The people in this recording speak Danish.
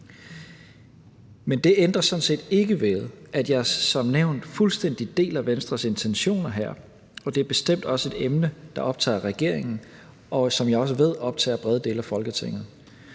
Men det ændrer sådan set ikke ved, at jeg som nævnt fuldstændig deler Venstres intentioner her, for det er bestemt også et emne, der optager regeringen, og som jeg også ved optager brede dele af Folketinget.